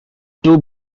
two